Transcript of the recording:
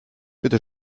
bitte